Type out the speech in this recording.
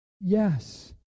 yes